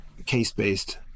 case-based